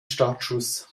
startschuss